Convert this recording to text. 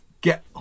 get